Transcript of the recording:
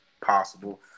possible